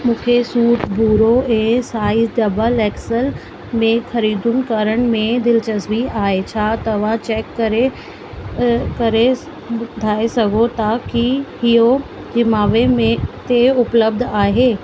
मूंखे सूट भूरो ऐं साइज डबल एक्सेल में ख़रीदु करण में दिलचस्पी आहे छा तव्हां चैक करे करे ॿुधाए सघो था कि इहो जिमावे ते उपलब्ध आहे